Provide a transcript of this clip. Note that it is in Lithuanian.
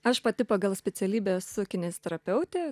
aš pati pagal specialybę esu kineziterapeutė